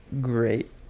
great